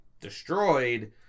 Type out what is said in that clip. destroyed